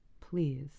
Please